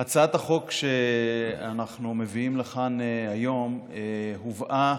הצעת החוק שאנחנו מביאים לכאן היום הובאה